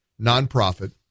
nonprofit